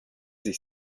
ich